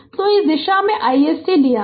तो इस दिशा में iSC लिया है